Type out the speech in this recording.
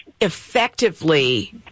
effectively